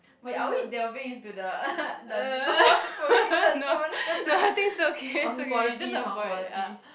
wait are we delving into the the non prohibited zone orh is the qualities hor qualities